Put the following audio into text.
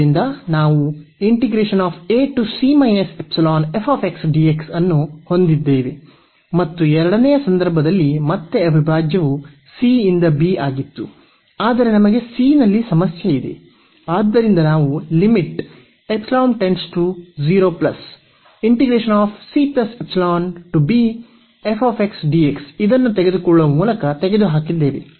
ಆದ್ದರಿಂದ ನಾವು ಅನ್ನು ಹೊಂದಿದ್ದೇವೆ ಮತ್ತು ಎರಡನೆಯ ಸಂದರ್ಭದಲ್ಲಿ ಮತ್ತೆ ಅವಿಭಾಜ್ಯವು c ಇಂದ b ಆಗಿತ್ತು ಆದರೆ ನಮಗೆ c ನಲ್ಲಿ ಸಮಸ್ಯೆ ಇದೆ ಆದ್ದರಿಂದ ನಾವು ಇದನ್ನು ತೆಗೆದುಕೊಳ್ಳುವ ಮೂಲಕ ತೆಗೆದುಹಾಕಿದ್ದೇವೆ